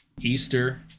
Easter